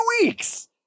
weeks